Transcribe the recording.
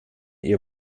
ihr